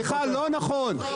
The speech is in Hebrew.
סליחה, לא נכון.